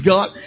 God